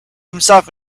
himself